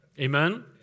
Amen